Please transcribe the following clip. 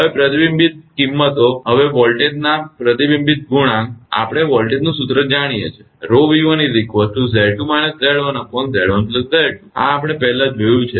હવે પ્રતિબિંબિત કિંમતો હવે વોલ્ટેજનો પ્રતિબિંબ પરિબળ આપણે વોલ્ટેજનું સૂત્ર જાણીએ છીએ તે હશે આ આપણે પહેલાં જોયું છે